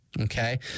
Okay